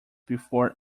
before